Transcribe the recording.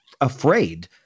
afraid